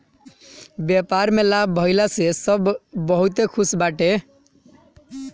व्यापार में लाभ भइला से सब बहुते खुश बाटे